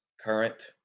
current